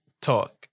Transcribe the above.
talk